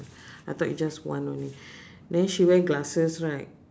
I thought you just one only then she wear glasses right